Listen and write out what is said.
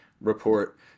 report